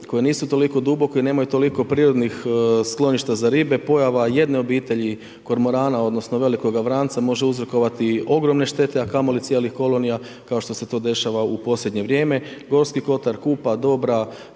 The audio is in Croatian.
koje nisu toliko duboke nemaju toliko prirodnih skloništa za ribe, pojava jedne obitelji kormorana odnosno velikoga vranca može uzrokovati ogromne štete a kamoli cijelih kolonija kao što se to dešava u posljednje vrijeme, Gorski kotar, Kupa, Dobra,